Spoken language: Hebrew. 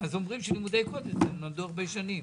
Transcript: אז אומרים שלימודי קודש זה למדו הרבה שנים.